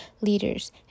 leaders